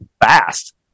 fast